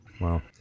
Wow